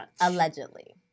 Allegedly